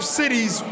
cities